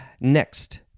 Next